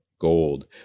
gold